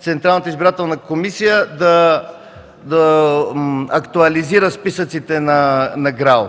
Централната избирателна комисия да актуализира списъците на ГРАО.